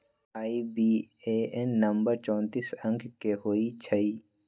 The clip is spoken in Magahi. आई.बी.ए.एन नंबर चौतीस अंक के होइ छइ